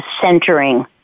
centering